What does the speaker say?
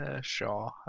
sure